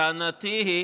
טענתי היא